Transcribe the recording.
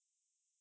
mmhmm